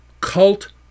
cult